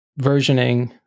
versioning